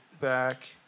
back